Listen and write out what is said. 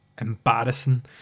embarrassing